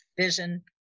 vision